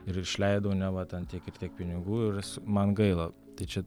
ir išleidau neva ten tiek ir tiek pinigų ir man gaila tai čia